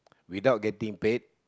without getting paid